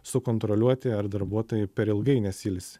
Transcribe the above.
sukontroliuoti ar darbuotojai per ilgai nesiilsi